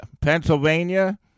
Pennsylvania